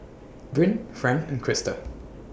Bryn Fran and Crysta